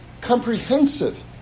comprehensive